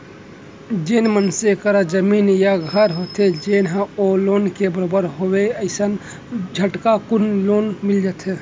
जेन मनसे करा जमीन या घर होथे जेन ह ओ लोन के बरोबर होवय अइसन म झटकुन लोन मिल जाथे